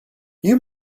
you